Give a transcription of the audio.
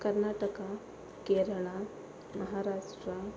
Karnataka Kerala Maharashtra